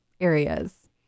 areas